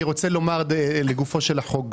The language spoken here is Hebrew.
אני רוצה לומר גם לגופו של החוק.